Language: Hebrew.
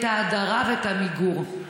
את ההדרה ואת המידור.